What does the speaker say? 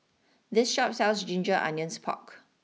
this Shop sells Ginger Onions Pork